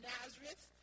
Nazareth